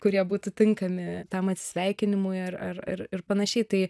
kurie būtų tinkami tam atsisveikinimui ar ar ir ir panašiai tai